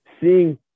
seeing